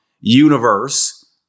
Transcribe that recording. universe